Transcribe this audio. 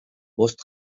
bost